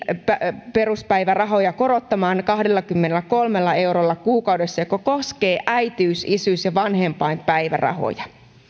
minimiperuspäivärahoja korottamaan kahdellakymmenelläkolmella eurolla kuukaudessa mikä koskee äitiys isyys ja vanhempainpäivärahoja